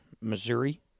Missouri